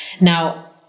now